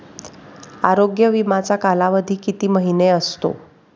आरोग्य विमाचा कालावधी किती महिने असतो?